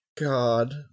God